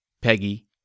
Peggy